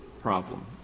problem